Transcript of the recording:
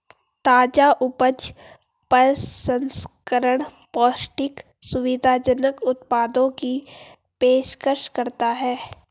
ताजा उपज प्रसंस्करण पौष्टिक, सुविधाजनक उत्पादों की पेशकश करता है